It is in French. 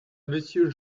monsieur